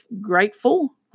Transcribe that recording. grateful